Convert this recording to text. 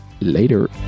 Later